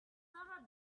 sarah